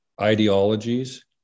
ideologies